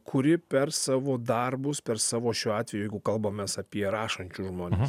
kuri per savo darbus per savo šiuo atveju jeigu kalbamės apie rašančius žmones